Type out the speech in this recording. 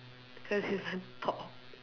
because he's very tall